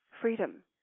freedom